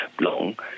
long